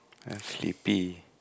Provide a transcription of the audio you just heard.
I'm sleepy